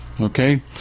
Okay